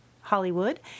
Hollywood